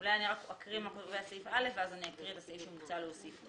אני אקריא מה קובע סעיף (א) ואז אני אקריא את הסעיף שמוצע להוסיף לו.